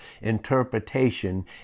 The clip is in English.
interpretation